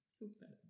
super